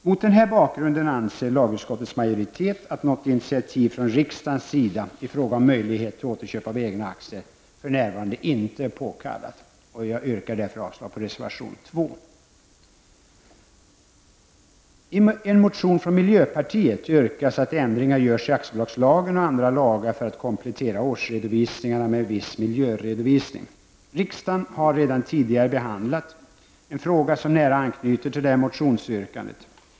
Mot denna bakgrund anser lagutskottets majoritet att något initiativ från riksdagens sida i frågan om möjlighet till återköp av egna aktier för närvarande inte är påkallat. Jag yrkar därför avslag på reservation 2. I en motion från miljöpartiet yrkas att ändringar görs i aktiebolagslagen och andra lagar för att komplettera årsredovisningarna med viss miljöredovisning. Riksdagen har redan tidigare behandlat en fråga som nära anknyter till detta motionsyrkande.